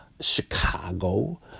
Chicago